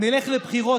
נלך לבחירות,